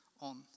on